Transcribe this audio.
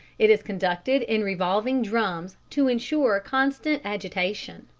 it is conducted in revolving drums to ensure constant agitation,